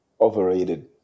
Overrated